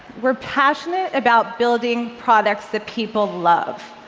we're passionate about building products that people love,